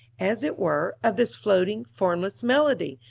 as it were, of this floating, formless melody,